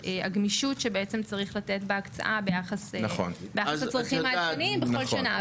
הגמישות שצריך לתת בהקצאה ביחס לצרכים העדכניים בכל שנה.